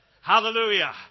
Hallelujah